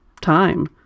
time